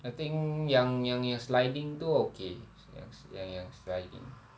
I think yang yang yang sliding door okay yang yang yang sliding